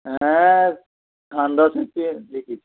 হ্যাঁ আন্দাজ হচ্ছে দেখেছি